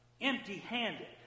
empty-handed